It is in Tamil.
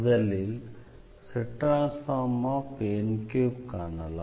முதலில் Zn3காணலாம்